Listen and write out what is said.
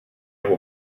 will